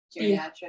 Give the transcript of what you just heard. geriatric